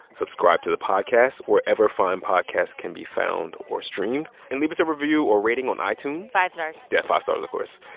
subscribe to the podcast wherever fine podcasts can be found or streamed, and leave us a review or rating on itunes five stars yeah, five stars, of course.